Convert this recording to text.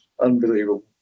unbelievable